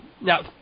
Now